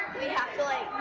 we have to like,